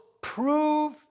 prove